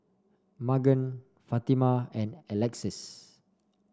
Magan Fatima and Alexis